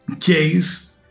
case